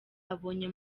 abonye